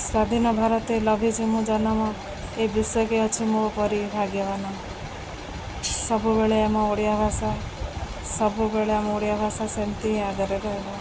ସ୍ୱାଧୀନ ଭାରତେ ଲଭିିଛି ମୁଁ ଜନମ ଏ ବିଶ୍ୱେକେ ଅଛି ମୋ ପରି ଭାଗ୍ୟବାନ ସବୁବେଳେ ଆମ ଓଡ଼ିଆ ଭାଷା ସବୁବେଳେ ଆମ ଓଡ଼ିଆ ଭାଷା ସେମ୍ତି ହିଁ ଆଗରେ ରହିବ